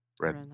Red